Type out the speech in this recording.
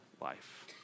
life